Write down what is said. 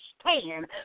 stand